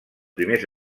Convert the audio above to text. primers